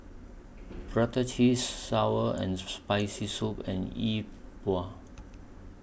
Prata Cheese Sour and Spicy Soup and Yi Bua